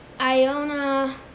Iona